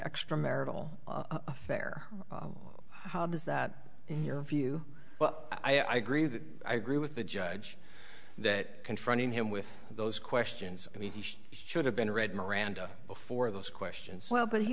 extramarital affair how does that in your view but i agree that i agree with the judge that confronting him with those questions i mean he should have been read miranda before those questions well but he